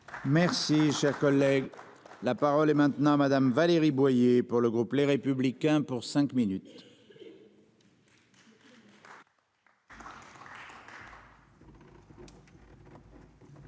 Merci cher collègue. La parole est maintenant à Madame Valérie Boyer pour le groupe Les Républicains pour cinq minutes.